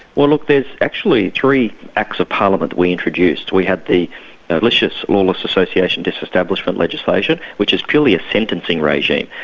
well, look, there's actually three acts of parliament we introduced. we had the vicious lawless association disestablishment legislation, which is purely a sentencing regime.